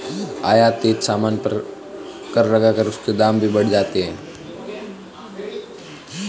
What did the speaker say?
आयातित सामान पर कर लगाकर उसके दाम भी बढ़ जाते हैं